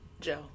Joe